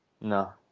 No